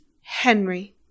Henry